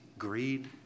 greed